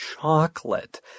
Chocolate